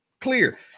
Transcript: clear